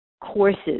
courses